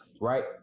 right